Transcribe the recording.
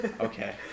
Okay